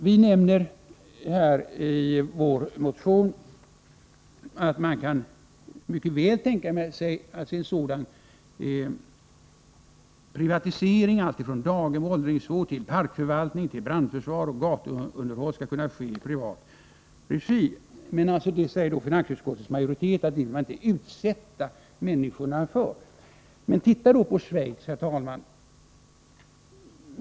Vi nämner i vår motion att man mycket väl kan tänka sig en sådan privatisering. Allt ifrån daghem och åldringsvård till parkförvaltning, brandförsvar och gatuunderhåll skall kunna ske i privat regi. Finansutskottets majoritet säger att man inte vill utsätta människorna för detta. Men, herr talman, låt oss då se på Schweiz!